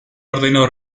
ordenó